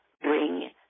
bring